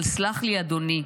אבל סלח לי, אדוני,